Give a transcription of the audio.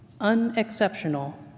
unexceptional